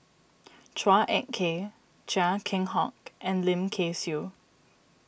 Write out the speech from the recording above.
Chua Ek Kay Chia Keng Hock and Lim Kay Siu